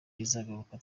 izagaruka